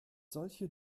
solche